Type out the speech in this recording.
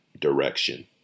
direction